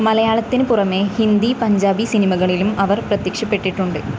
മലയാളത്തിന് പുറമേ ഹിന്ദി പഞ്ചാബി സിനിമകളിലും അവർ പ്രത്യക്ഷപ്പെട്ടിട്ടുണ്ട്